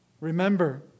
Remember